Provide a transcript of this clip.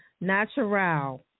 natural